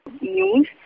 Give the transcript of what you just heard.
news